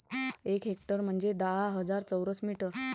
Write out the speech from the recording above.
एक हेक्टर म्हंजे दहा हजार चौरस मीटर